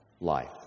life